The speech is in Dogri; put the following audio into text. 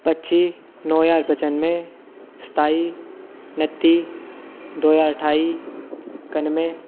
पच्ची नौ ज्हार पचानवैं सताई नत्ती दो ज्हार ठाई कानवैं